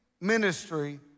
ministry